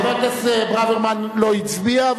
חבר הכנסת ברוורמן לא הצביע,